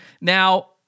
Now